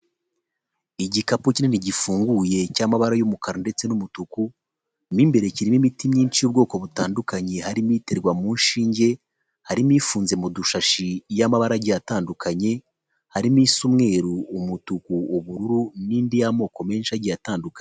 Igikapu kinini gifunguye cy'amabara y'umukara ndetse n'umutuku, mo imbere kirimo imiti myinshi y'ubwoko butandukanye harimo iterwa mu nshinge, harimo ifunze mu dushashi y'amabara agiye atandukanye, harimo isa umweru, umutuku, ubururu nindi ya moko menshi agiye atandukanye.